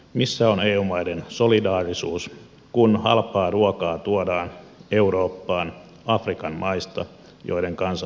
missä on eu maiden solidaarisuus kun halpaa ruokaa tuodaan eurooppaan afrikan maista joiden kansat näkevät nälkää